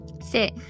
sit